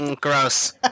gross